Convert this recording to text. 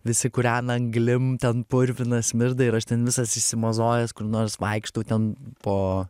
visi kūrena anglim ten purvina smirda ir aš ten visas išsimozojęs kur nors vaikštau ten po